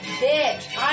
bitch